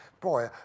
Boy